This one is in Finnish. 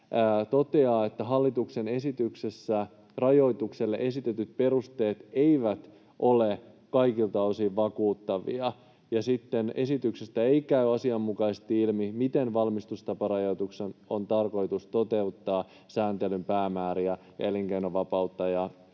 toteaa, että hallituksen esityksessä rajoitukselle esitetyt perusteet eivät ole kaikilta osin vakuuttavia. Esityksestä ei käy asianmukaisesti ilmi, miten valmistustaparajoituksen on tarkoitus toteuttaa sääntelyn päämääriä, elinkeinovapautta